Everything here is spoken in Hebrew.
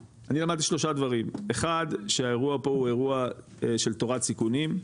אחד שהאירוע פה הוא אירוע של תורת סיכונים,